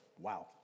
wow